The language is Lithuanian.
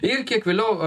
ir kiek vėliau